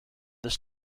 this